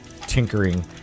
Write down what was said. tinkering